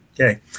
Okay